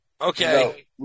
Okay